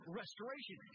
restoration